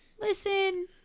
listen